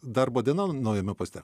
darbo diena naujame poste